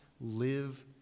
live